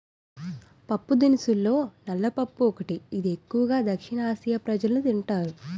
పప్పుదినుసుల్లో నల్ల పప్పు ఒకటి, ఇది ఎక్కువు గా దక్షిణఆసియా ప్రజలు తింటారు